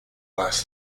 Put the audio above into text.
less